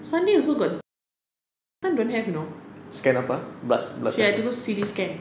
sunday also got got scan eh last time don't have you know she have to go C_T scan